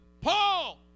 Paul